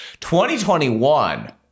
2021